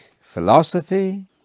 philosophy